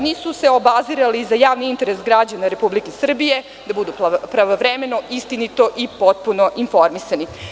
Nisu se obazirali na javni interes građana Republike Srbije, da budu pravovremeno, istinito i potpuno informisani.